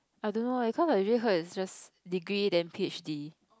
I don't know leh cause I really heard is just degree then p_h_d